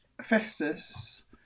Festus